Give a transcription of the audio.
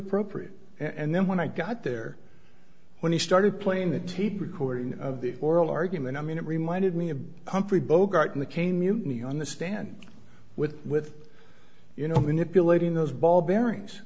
appropriate and then when i got there when he started playing that tape recording of the oral argument i mean it reminded me of humphrey bogart in the caine mutiny on the stand with with you know manipulating those ball bearings